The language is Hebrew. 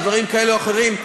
על דברים כאלה ואחרים,